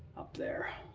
up there.